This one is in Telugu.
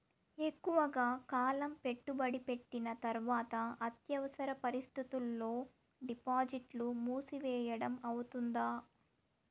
ఎక్కువగా కాలం పెట్టుబడి పెట్టిన తర్వాత అత్యవసర పరిస్థితుల్లో డిపాజిట్లు మూసివేయడం అవుతుందా?